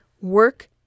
work